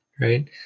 right